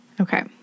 Okay